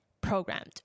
programmed